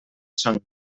són